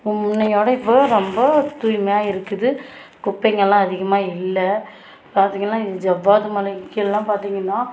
இப்போ முன்னயோட இப்போ ரொம்ப தூய்மையாக இருக்குது குப்பைங்கெல்லாம் அதிகமாக இல்லை பார்த்தீங்கள்னா இது ஜவ்வாது மலைக்கெல்லாம் பார்த்தீங்கள்னா